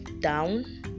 down